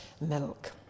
milk